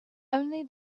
only